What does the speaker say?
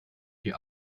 die